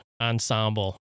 ensemble